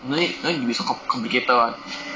no need no need to be so so complicated [one]